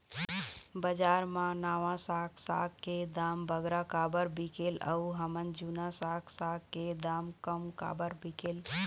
बजार मा नावा साग साग के दाम बगरा काबर बिकेल अऊ हमर जूना साग साग के दाम कम काबर बिकेल?